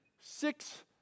six